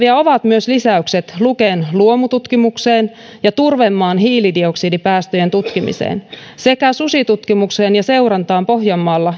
käytössä kannatettavia ovat myös lisäykset luken luomututkimukseen ja turvemaan hiilidioksidipäästöjen tutkimiseen sekä susitutkimukseen ja seurantaan pohjanmaalla